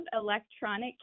electronic